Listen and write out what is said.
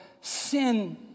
sin